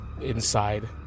inside